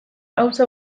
auzo